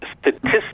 statistics